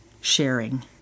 sharing